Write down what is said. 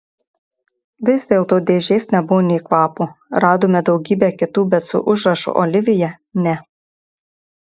vis dėlto dėžės nebuvo nė kvapo radome daugybę kitų bet su užrašu olivija ne